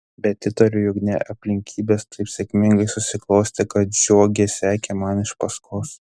bet įtariu jog ne aplinkybės taip sėkmingai susiklostė kad žiogė sekė man iš paskos